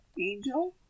Angel